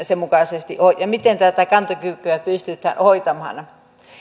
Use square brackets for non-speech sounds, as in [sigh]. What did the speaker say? [unintelligible] sen mukaisesti on ja miten tätä kantokykyä pystyään hoitamaan